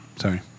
Sorry